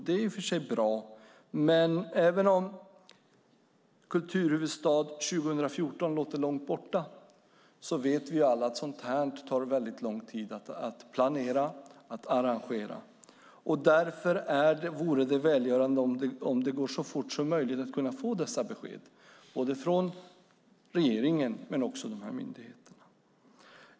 Det är i och för sig bra, men även om kulturhuvudstad 2014 låter långt borta vet vi alla att sådant här tar väldigt lång tid att planera och arrangera. Därför vore det välgörande om det gick så fort som möjligt att få dessa besked, både från regeringen och från myndigheterna.